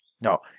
No